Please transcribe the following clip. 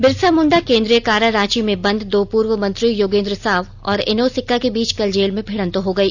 बिरसा मुंडा केंद्रीय कारा रांची में बंद दो पूर्व मंत्रियों योगेंद्र साव और एनोस एक्का के बीच कल जेल में भिड़त हो गई